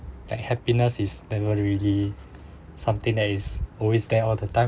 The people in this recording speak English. that happiness is temporarily something that is always there all the time